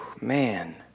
Man